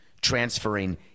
transferring